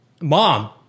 Mom